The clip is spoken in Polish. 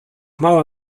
mała